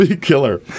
Killer